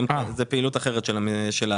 זה פעילות אחרת של האגף.